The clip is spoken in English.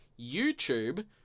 YouTube